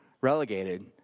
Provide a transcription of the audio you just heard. relegated